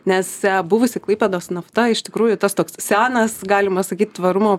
nes buvusi klaipėdos nafta iš tikrųjų tas toks senas galima sakyt tvarumo